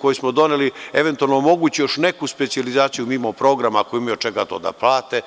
koje smo doneli eventualno omogući još neku specijalizaciju mimo programa, ako imaju od čega to da plate.